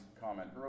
comment